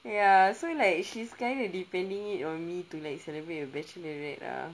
ya so like she's kinda depending it on me to like celebrate her bachelorette lah